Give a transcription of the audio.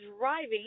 driving